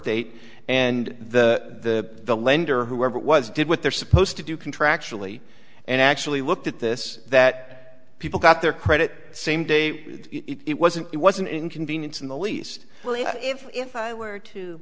date and the the lender whoever it was did what they're supposed to do contractually and actually looked at this that people got their credit same day it wasn't it was an inconvenience in the least if i were